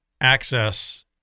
access